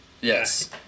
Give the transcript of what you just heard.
Yes